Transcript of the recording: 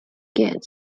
get